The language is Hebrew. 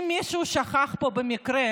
אם מישהו פה שכח במקרה,